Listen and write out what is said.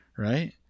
Right